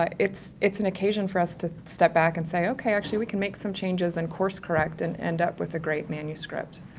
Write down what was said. ah, it's-it's an occasion for us to step back and say, okay, actually we can make some changes, and course correct, and end up with a great manuscript.